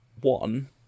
one